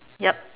yup